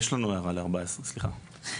יש לנו הערה ל-14, סליחה.